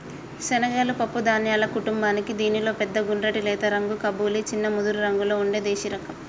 శనగలు పప్పు ధాన్యాల కుటుంబానికీ దీనిలో పెద్ద గుండ్రటి లేత రంగు కబూలి, చిన్న ముదురురంగులో ఉండే దేశిరకం